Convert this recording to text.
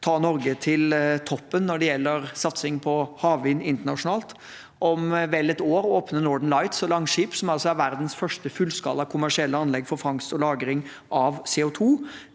ta Norge til toppen når det gjelder satsing på havvind internasjonalt. Om vel ett år åpner Northen Lights, altså Langskip, som er verdens første fullskala kommersielle anlegg for fangst og lagring av CO2.